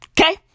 Okay